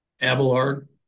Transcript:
Abelard